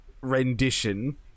rendition